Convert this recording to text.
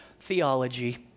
Theology